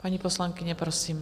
Paní poslankyně, prosím.